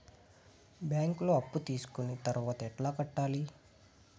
బ్యాంకులో అప్పు తీసుకొని తర్వాత ఎట్లా కట్టాలి?